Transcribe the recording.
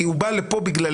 כי הוא בא לפה בגללנו.